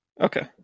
Okay